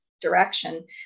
direction